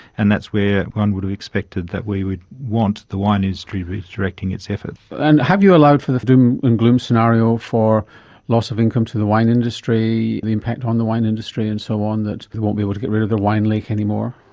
and that's where one would have expected that we would want the wine industry to be directing its effort. and have you allowed for the doom and gloom scenario for loss of income to the wine industry, the impact on the wine industry and so on, that they won't be able to get rid of their wine lake anymore?